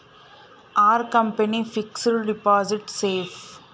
Are company fixed deposit safe?